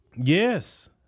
Yes